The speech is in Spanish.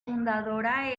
fundadora